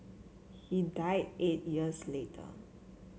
he died eight years later